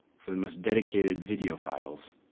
for the most dedicated videophiles,